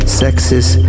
sexist